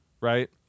Right